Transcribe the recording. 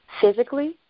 physically